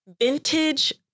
Vintage